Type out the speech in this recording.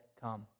come